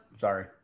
Sorry